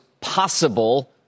possible